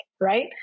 right